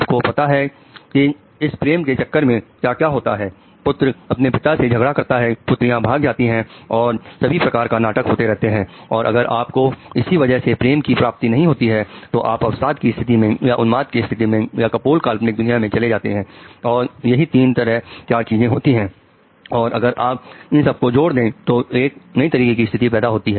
आपको पता है कि इस प्रेम के चक्कर में क्या क्या होता है पुत्र अपने पिता से झगड़ा करता है पुत्रियां भाग जाती हैं और सभी प्रकार के नाटक होते रहते हैं और अगर आप को इसी वजह से प्रेम की प्राप्ति नहीं होती है तो आप अवसाद की स्थिति में या उन्माद की स्थिति में या कपोल काल्पनिक दुनिया में चले जाते हैं और यही तीन चार चीजें होती हैं और अगर आप इन सब को जोड़ दें तो एक नई तरीके की स्थिति पैदा होती है